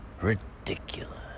ridiculous